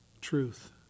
truth